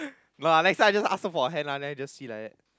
no lah next time just ask her for her hand lah then just see like that